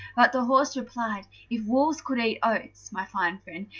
but the horse replied, if wolves could eat oats, my fine friend,